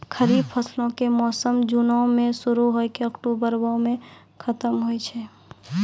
खरीफ फसलो के मौसम जूनो मे शुरु होय के अक्टुबरो मे खतम होय छै